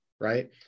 right